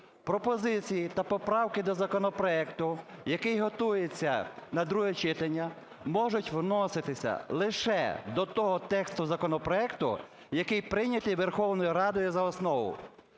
пропозиції та поправки до законопроекту, який готується на друге читання, можуть вноситися лише до того тексту законопроекту, який прийнятий Верховною Радою за основу.